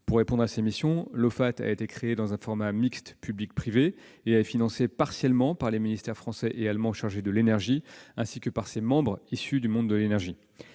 Pour répondre à ses missions, l'Ofate a été créé dans un format mixte public-privé, et il est financé partiellement par les ministères français et allemand chargés de l'énergie et par ses membres issus du monde de l'énergie.